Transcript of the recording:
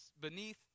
beneath